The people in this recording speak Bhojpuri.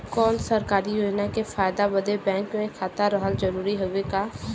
कौनो सरकारी योजना के फायदा बदे बैंक मे खाता रहल जरूरी हवे का?